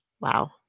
Wow